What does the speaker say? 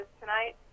tonight